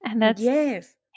Yes